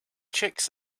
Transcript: chicks